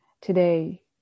Today